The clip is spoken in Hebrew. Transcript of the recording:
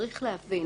צריך להבין,